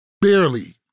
barely